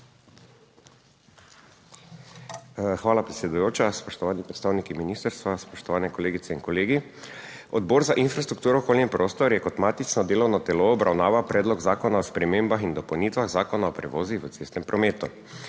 Hvala, predsedujoča. Spoštovani predstavniki ministrstva, spoštovane kolegice in kolegi. Odbor za infrastrukturo, okolje in prostor je kot matično delovno telo obravnaval Predlog zakona o spremembah in dopolnitvah Zakona o prevozih v cestnem prometu.